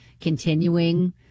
continuing